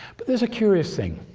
but there's a curious thing.